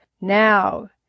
Now